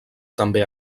també